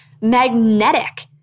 magnetic